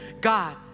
God